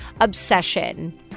obsession